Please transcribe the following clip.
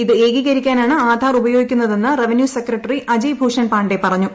ഇത് ഏക്ടീകരിക്കാനാണ് ആധാർ ഉപയോഗിക്കുന്ന തെന്ന് റവന്യൂ സെക്രട്ടറി ് അജയ് ഭൂഷൺ പാണ്ടെ പറഞ്ഞു